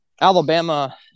Alabama